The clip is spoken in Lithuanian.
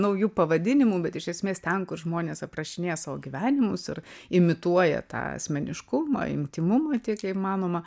naujų pavadinimų bet iš esmės ten kur žmonės aprašinėja savo gyvenimus ir imituoja tą asmeniškumą intymumą tiek įmanoma